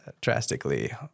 drastically